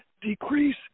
decrease